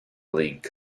league